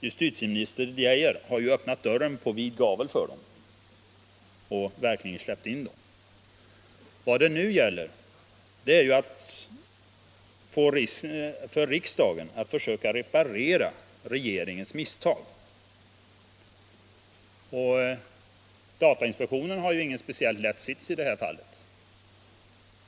Justitieminister Geijer har öppnat dörren på vid gavel för dem och verkligen släppt in dem. Vad det nu gäller är att riksdagen skall försöka reparera regeringens misstag. Datainspektionen har ingen speciellt lätt sits i detta fall.